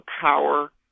power